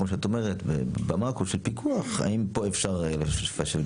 כמו שאת אומרת במקרו של פיקוח, האם פה אפשר לשנות.